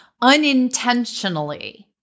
unintentionally